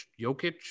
Jokic